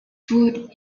food